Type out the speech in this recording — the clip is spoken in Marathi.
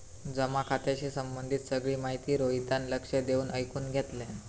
जमा खात्याशी संबंधित सगळी माहिती रोहितान लक्ष देऊन ऐकुन घेतल्यान